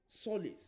solace